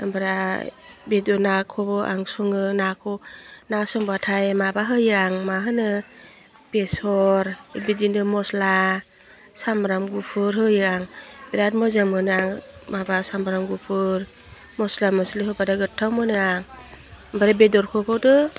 ओमफ्राय बेदर नाखौबो आं सङो नाखौ ना संबाथाय माबा होयो आं मा होनो बेसर बिदिनो मस्ला सामब्राम गुफुर होयो आं बिराद मोजां मोनो आं माबा सामब्राम गुफुर मस्ला मस्लि होबाथाय गोथ्थाव मोनो आं ओमफ्राय बेदरफोरखौथ'